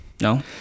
No